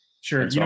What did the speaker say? Sure